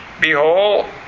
Behold